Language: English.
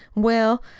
well,